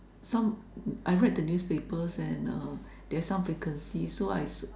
some I read the newspapers and uh there's some vacancies so I